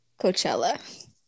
Coachella